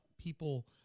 people